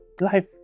life